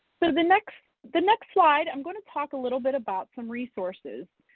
so the next the next slide, i'm gonna talk a little bit about some resources.